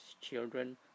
children